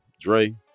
Dre